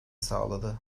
sağladı